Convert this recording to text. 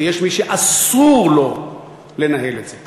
ויש מי שאסור לו לנהל את זה,